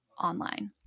online